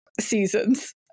seasons